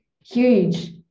huge